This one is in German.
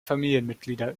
familienmitglieder